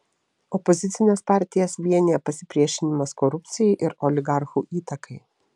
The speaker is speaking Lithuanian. opozicines partijas vienija pasipriešinimas korupcijai ir oligarchų įtakai